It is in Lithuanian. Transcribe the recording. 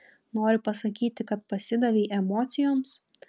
nori pasakyti kad pasidavei emocijoms